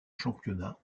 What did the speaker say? championnat